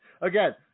Again